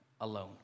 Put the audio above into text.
alone